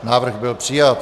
Návrh byl přijat.